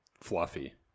Fluffy